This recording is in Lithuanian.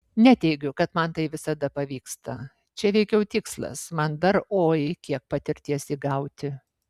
neteigiu kad man tai visada pavyksta čia veikiau tikslas man dar oi kiek patirties įgauti